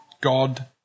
God